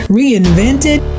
reinvented